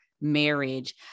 marriage